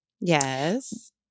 yes